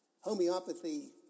homeopathy